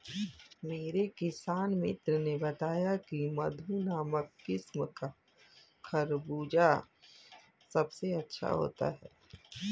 मेरे किसान मित्र ने बताया की मधु नामक किस्म का खरबूजा सबसे अच्छा होता है